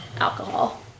alcohol